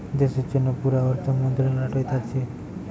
দেশের জন্যে পুরা অর্থ মন্ত্রালয়টা থাকছে